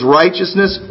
righteousness